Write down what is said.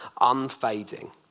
unfading